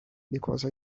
because